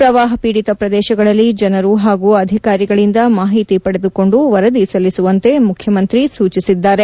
ಪ್ರವಾಹ ಪೀಡಿತ ಪ್ರದೇಶಗಳಲ್ಲಿ ಜನರು ಹಾಗೂ ಅಧಿಕಾರಿಗಳಿಂದ ಮಾಹಿತಿ ಪಡೆದುಕೊಂಡು ವರದಿ ಸಲ್ಲಿಸುವಂತೆ ಮುಖ್ಯಮಂತ್ರಿ ಸೂಚಿಸಿದ್ದಾರೆ